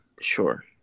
Sure